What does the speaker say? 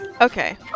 Okay